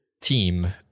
team